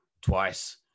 twice